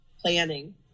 planning